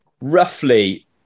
roughly